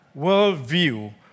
worldview